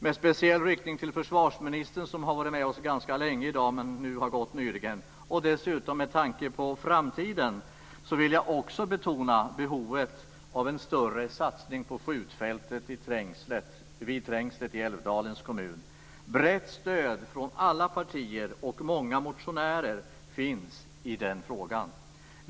Med speciell riktning till försvarsministern, som har varit med oss ganska länge i dag men nu nyligen har gått, och dessutom med tanke på framtiden, vill jag också betona behovet av en större satsning på skjutfältet vid Trängslet i Älvdalens kommun. Brett stöd från alla partier och många motionärer finns i den frågan.